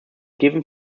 given